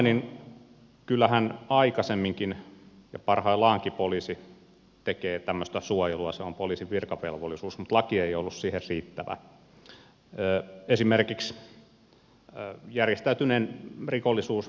kuten sanoin kyllähän aikaisemminkin ja parhaillaankin poliisi tekee tämmöistä suojelua se on poliisin virkavelvollisuus mutta laki ei ole ollut siihen riittävä